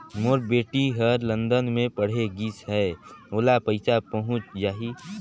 मोर बेटी हर लंदन मे पढ़े गिस हय, ओला पइसा पहुंच जाहि?